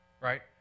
Right